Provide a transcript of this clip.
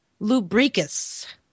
lubricus